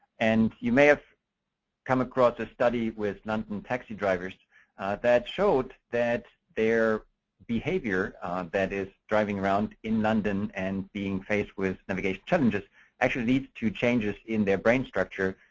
and you may have come across a study with london taxi drivers that showed that their behavior that is driving around in london, and being faced with navigation challenges actually leads to changes in their brain structure,